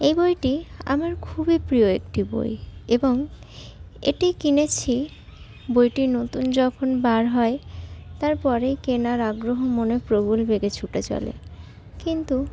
এ বইটি আমার খুবই প্রিয় একটি বই এবং এটি কিনেছি বইটি নতুন যখন বার হয় তারপরেই কেনার আগ্রহ মনে প্রবল বেগে ছুটে চলে কিন্তু